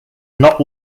not